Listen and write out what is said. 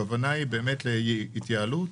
הכוונה להתייעלות,